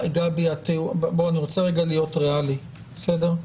גבי, בואו, אני רוצה גם להיות ריאלי, בסדר?